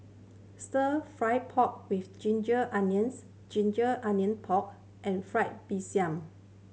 Stir Fry pork with ginger onions ginger onion pork and fried Mee Siam